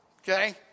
okay